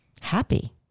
happy